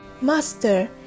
Master